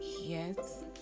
Yes